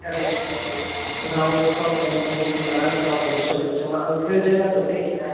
actor ईंदा आहिनि उते उन खां पोइ इस्कान टेम्पल में बि घणाई तव्हां देश विदेश मां अंग्रेज तक उते ईंदा आहिनि